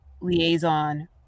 liaison